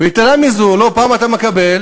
ויתרה מזו, לא פעם אתה מקבל